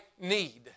need